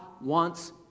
wants